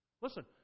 Listen